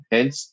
Hence